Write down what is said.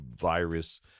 virus